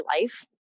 life